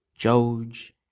George